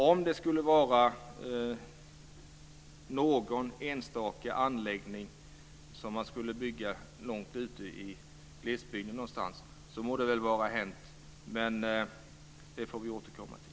Om man skulle bygga någon enstaka anläggning långt ute i glesbygden må det väl vara hänt, men det får vi återkomma till.